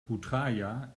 putrajaya